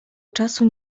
czasu